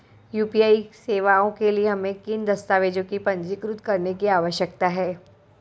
UPI सेवाओं के लिए हमें किन दस्तावेज़ों को पंजीकृत करने की आवश्यकता है?